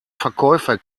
verkäufer